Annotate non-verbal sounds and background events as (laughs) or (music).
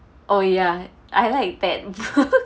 oh ya I like that (laughs)